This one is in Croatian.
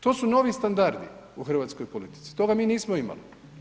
To su novi standardi u hrvatskoj politici, toga mi nismo imali.